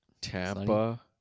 Tampa